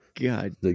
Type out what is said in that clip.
God